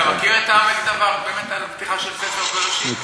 אתה מכיר את "העמק דבר" בפתיחה של ספר בראשית?